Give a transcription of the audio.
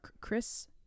Chris